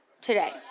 today